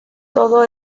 todo